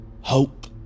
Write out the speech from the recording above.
hope